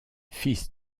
fils